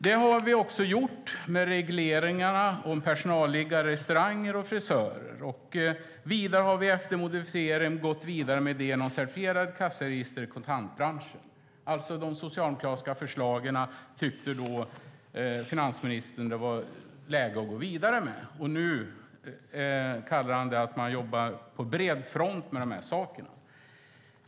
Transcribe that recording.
"Det har vi också gjort med reglerna om personalliggare i restauranger och hos frisörer." - "Vidare har vi, efter en viss modifiering, gått vidare med idén om certifierade kassaregister i kontantbranschen." Finansministern tyckte då att det var läge att gå vidare med de socialdemokratiska förslagen. Nu säger han att man jobbar på bred front med de här sakerna.